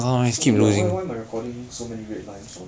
so weird why why my recording so many red lines one